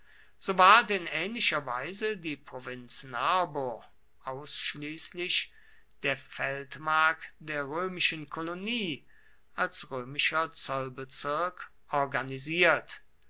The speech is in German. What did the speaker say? so ward in ähnlicher weise die provinz narbo ausschließlich der feldmark der römischen kolonie als römischer zollbezirk organisiert